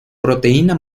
proteína